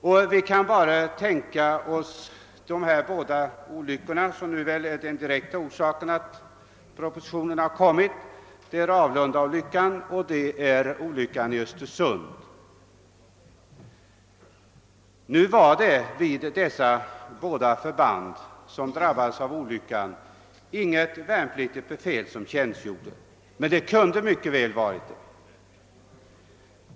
Vid olyckorna i Ravlunda och Östersund, som väl har varit de främsta orsakerna till att denna proposition har lagts fram, tjänstgjorde inte något frivilligt värnpliktigt befäl, men det kunde mycket väl ha varit så.